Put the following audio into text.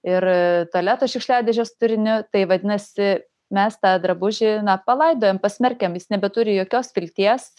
ir tualeto šiukšliadėžės turiniu tai vadinasi mes tą drabužį palaidojam pasmerkiam jis nebeturi jokios vilties